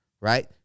right